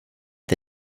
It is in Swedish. the